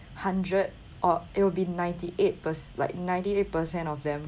hundred or it'll be ninety eight pers~ like ninety eight percent of them